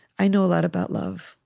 i know a lot about love.